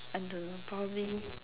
I don't know probably